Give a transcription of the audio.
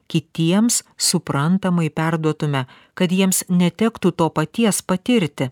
kitiems suprantamai perduotume kad jiems netektų to paties patirti